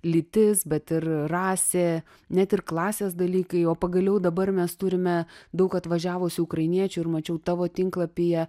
lytis bet ir rasė net ir klasės dalykai o pagaliau dabar mes turime daug atvažiavusių ukrainiečių ir mačiau tavo tinklapyje